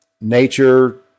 nature